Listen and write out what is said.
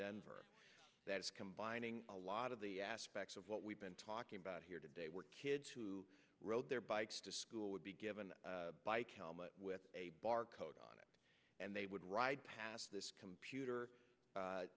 denver that is combining a lot of the aspects of what we've been talking about here today were kids who rode their bikes to school would be given a bike helmet with a barcode on it and they would ride past this computer